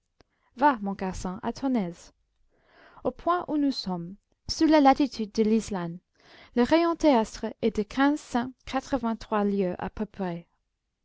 va mon garçon à ton aise au point où nous sommes sous la latitude de l'islande le rayon terrestre est de quinze cent quatre-vingt-trois lieues à peu